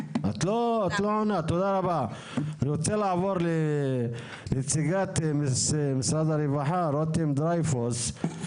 אני רוצה לעבור לנציגת משרד הרווחה, רותם דרייפוס.